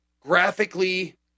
graphically